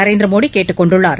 நரேந்திரமோடி கேட்டுக்கொண்டுள்ளார்